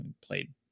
played